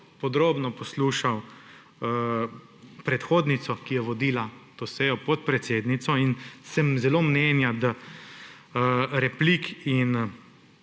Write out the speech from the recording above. podrobno poslušal predhodnico, ki je vodila to sejo, podpredsednico, in sem zelo mnenja, da replik in